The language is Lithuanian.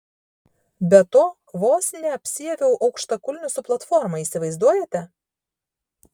be to vos neapsiaviau aukštakulnių su platforma įsivaizduojate